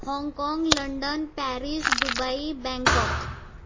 Hong Kong London Paris Dubai Bangkok